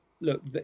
Look